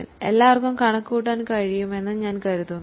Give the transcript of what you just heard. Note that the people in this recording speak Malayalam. ഇതു എല്ലാവർക്കും കണക്കുകൂട്ടാൻ കഴിയുമെന്ന് ഞാൻ കരുതുന്നു